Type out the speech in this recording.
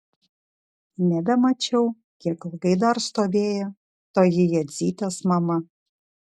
nebemačiau kiek ilgai dar stovėjo toji jadzytės mama